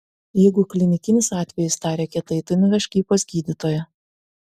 jeigu klinikinis atvejis tarė kietai tai nuvežk jį pas gydytoją